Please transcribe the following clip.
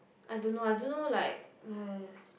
I don't know I don't know like !haiya!